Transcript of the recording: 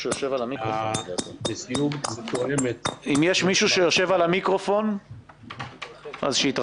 -- אם יש מישהו שיושב על המיקרופון שיתרחק.